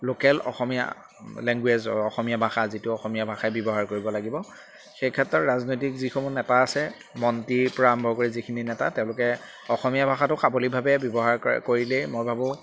local Asomiya language আৰু অসমীয়া ভাষা যিটো অসমীয়া ভাষাই ব্যৱহাৰ কৰিব লাগিব সেই ক্ষেত্ৰত ৰাজনৈতিক যিসমূহ নেতা আছে মন্ত্ৰীৰ পৰা আৰম্ভ কৰি যিখিনি নেতা তেওঁলোকে অসমীয়া ভাষাটো সাৱলিকভাৱে ব্যৱহাৰ কৰে কৰিলেই মই ভাবোঁ